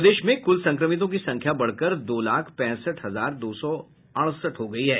प्रदेश में कुल संक्रमितों की संख्या बढ़कर दो लाख पैंसठ हजार दो सौ अड़सठ हो गयी है